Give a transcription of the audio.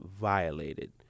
violated